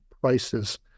prices